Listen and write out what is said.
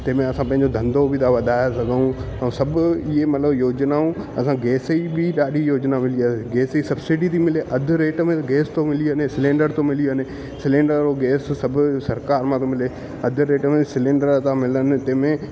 तंहिंजे असां पंहिंजो धंधो बि था वधाए सघूं ऐं सभु इहे मतिलबु योजनाऊं असां गैसिंग बि ॾाढी योजना वेंदी आहे गैस जी सबसिडी थी मिले अधि रेट में गैस थो मिली वञे सिलेंडर थो मिली वञे सिलेंडर ऐं गैस सभु सरकार मां थो मिले अधि रेट में सिलेंडर था मिलन जंहिंमें